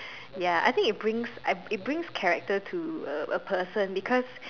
ya I think it brings uh it brings character to a a person because